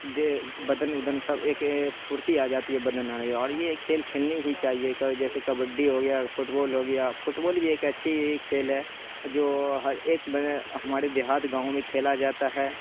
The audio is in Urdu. دیہہ بدن ادن سب ایک پھرتی آ جاتی ہے بدن اور یہ کھیل کھیلنی ہی چاہیے جیسے کبڈی ہو گیا پھٹ بال ہو گیا پھٹ بال بھی ایک اچھی کھیل ہے جو ہر ایک ہمارے دیہات گاؤں میں کھیلا جاتا ہے